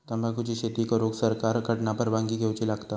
तंबाखुची शेती करुक सरकार कडना परवानगी घेवची लागता